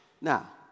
Now